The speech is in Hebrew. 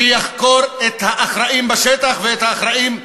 שיחקור את האחראים בשטח ואת האחראים הפוליטיים,